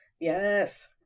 Yes